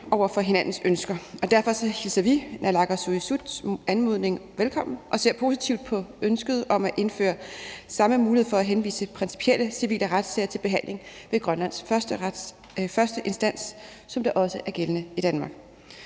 over for hinandens ønsker. Derfor hilser vi naalakkersuisuts anmodning velkommen og ser positivt på ønsket om at indføre samme mulighed for at henvise principielle civile retssager til behandling ved Grønlands første retsinstans, som det også er gældende i Danmark.